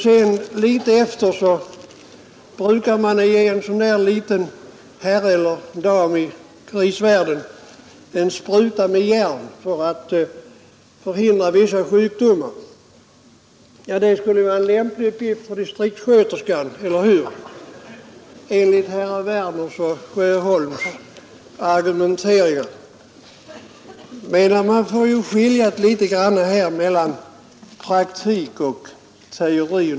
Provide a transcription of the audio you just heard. Kort därefter brukar man ge en sådan där liten herre eller dam i grisvärlden en spruta med järn för att förhindra vissa sjukdomar. Det skulle ju vara en lämplig uppgift för distriktssköterskan enligt herrar Werners och Sjöholms argumentering, eller hur? Man får ju här ändå skilja litet grand mellan praktik och teori.